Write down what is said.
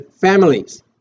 families